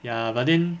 ya but then